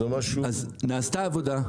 אז נעשתה עבודה,